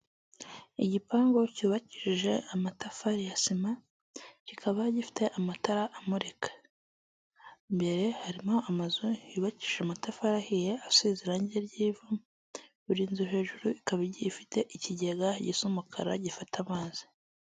Igipangu cyubakishije amatafari ya sima kikaba gifite amatara amurika, imbere harimo amazu yubakije amatafari ahiye asize irange ry'ivu buri nzu hejuru ikaba igi ifite ikigega gisa umukara gifata amazi.